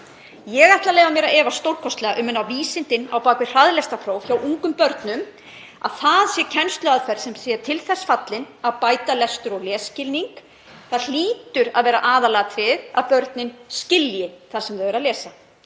Ég ætla að leyfa mér að efast stórkostlega um vísindin á bak við hraðlestrarpróf hjá ungum börnum, að það sé kennsluaðferð sem sé til þess fallin að bæta lestur og lesskilning. Það hlýtur að vera aðalatriðið að börnin skilji það sem þau eru að lesa.